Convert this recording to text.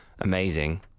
amazing